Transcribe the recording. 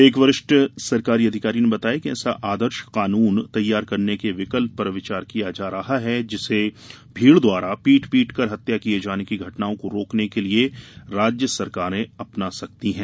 एक वरिष्ठ सरकारी अधिकारी ने बताया कि ऐसा आदर्श कानून तैयार करने के विकल्प पर विचार किया जा रहा है जिसे भीड़ द्वारा पीट पीटकर हत्या किए जाने की घटनाओं को रोकने के लिए राज्य सरकारें अपना सकती हैं